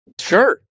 Sure